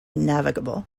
navigable